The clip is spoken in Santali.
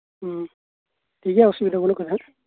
ᱦᱮᱸ ᱴᱷᱤᱠ ᱜᱮᱭᱟ ᱚᱥᱩᱵᱤᱫᱟ ᱵᱟᱱᱩᱜ ᱠᱟᱫᱟ ᱦᱟᱸᱜ